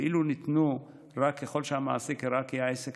ואלו ניתנו רק ככל שהמעסיק הראה כי העסק